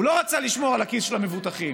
הוא לא רצה לשמור על הכיס של המבוטחים,